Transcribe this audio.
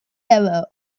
error